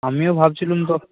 আমিও ভাবছিলুম তো